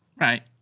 Right